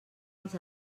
els